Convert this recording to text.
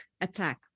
attack